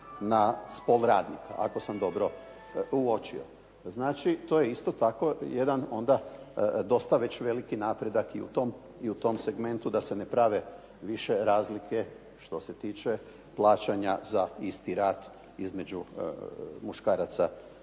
na spol radnika ako sam dobro uočio. Znači, to je isto tako jedan onda dosta već veliki napredak i u tom segmentu da se ne prave više razlike što se tiče plaćanja za isti rad između muškaraca i